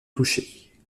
touchés